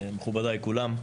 מכובדיי כולם,